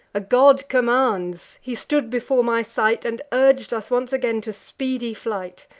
a god commands he stood before my sight, and urg'd us once again to speedy flight.